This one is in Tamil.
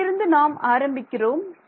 இதிலிருந்து நாம் ஆரம்பிக்கிறோம்